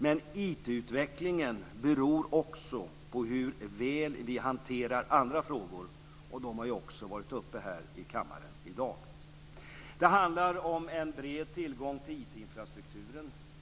Men IT-utvecklingen beror också på hur väl vi hanterar andra frågor, och de har också varit uppe här i kammaren i dag. Det handlar om en bred tillgång till IT-infrastrukturen.